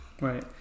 Right